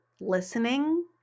listening